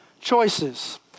choices